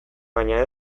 baina